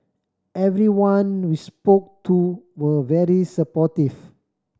everyone we spoke to were very supportive